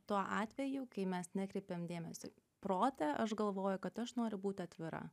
tuo atveju kai mes nekreipiam dėmesio į protą aš galvoju kad aš noriu būti atvira